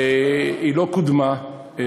היא לא קודמה.